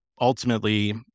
ultimately